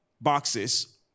boxes